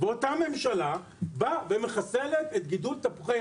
ואותה ממשלה באה ומחסלת את גידול תפוחי